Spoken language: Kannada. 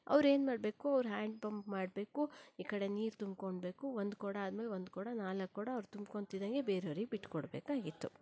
ಅವರೇನು ಮಾಡಬೇಕು ಅವರು ಹ್ಯಾಂಡ್ ಪಂಪ್ ಮಾಡಬೇಕು ಈ ಕಡೆ ನೀರು ತುಂಬ್ಕೋಬೇಕು ಒಂದು ಕೊಡ ಆದಮೇಲೆ ಒಂದು ಕೊಡ ನಾಲ್ಕು ಕೊಡ ಅವರು ತುಂಬ್ಕೊತಿದಂಗೆ ಬೇರೆಯವರಿಗೆ ಬಿಟ್ಟುಕೊಡಬೇಕಾಗಿತ್ತು